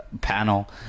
panel